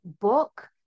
book